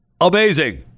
Amazing